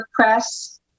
WordPress